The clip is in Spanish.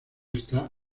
esta